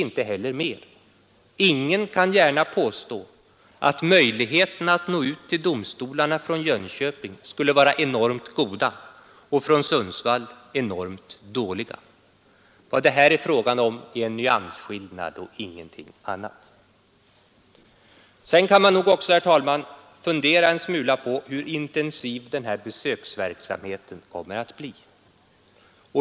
Ingen kan dock gärna påstå att möjligheterna att nå ut till domstolarna från Jönköping skulle vara enormt goda, och från Sundsvall enormt dåliga. Här är det fråga om en nyansskillnad och ingenting annat. Sedan kan man nog också fundera en smula på hur intensiv den här besöksverksamheten kommer att bli.